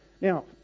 Now